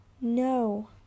No